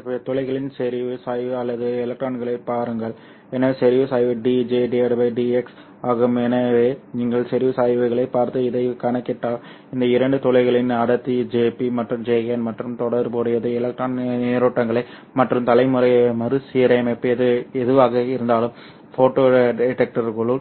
பின்னர் துளைகளின் செறிவு சாய்வு அல்லது எலக்ட்ரான்களைப் பாருங்கள் எனவே செறிவு சாய்வு dJdx ஆகும் எனவே நீங்கள் செறிவு சாய்வுகளைப் பார்த்து இதைக் கணக்கிட்டால் இந்த இரண்டு துளைகளின் அடர்த்தி Jp மற்றும் Jn மற்றும் தொடர்புடையது எலக்ட்ரான் நீரோட்டங்கள் மற்றும் தலைமுறை மறுசீரமைப்பு எதுவாக இருந்தாலும் ஃபோட்டோ டிடெக்டருக்குள்